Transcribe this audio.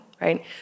right